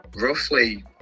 roughly